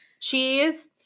cheese